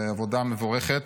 עבודה מבורכת.